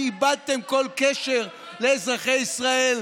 כי איבדתם כל קשר לאזרחי ישראל.